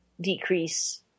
decrease